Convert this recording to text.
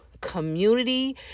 community